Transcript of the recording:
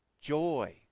joy